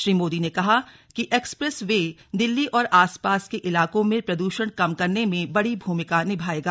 श्री मोदी ने कहा कि एक्सप्रेस वे दिल्ली और आसपास के इलाकों में प्रदूषण कम करने में बड़ी भूमिका निभाएगा